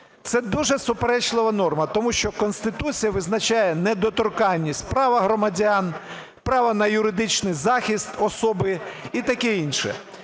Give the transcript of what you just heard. Це дуже суперечлива норма, тому що Конституція визначає недоторканність права громадян, права на юридичний захист особи і таке інше.